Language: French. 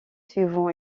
suivant